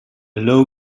low